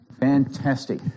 Fantastic